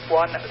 one